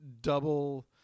double